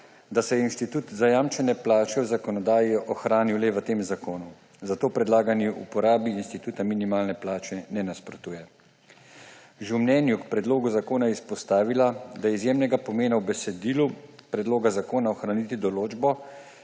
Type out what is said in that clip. da se je inštitut zajamčene plače v zakonodaji ohranijo le v tem zakonu, zato predlagani uporabi instituta minimalne plače ne nasprotuje. Že v mnenju k predlogu zakona je izpostavila, da je izjemnega pomena v besedilu predloga zakona ohraniti določbo,